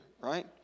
right